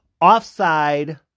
offside